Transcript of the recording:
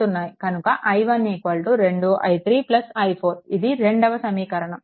కనుక i1 2i3 i4ఇది రెండవ సమీకరణం